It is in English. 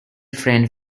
friend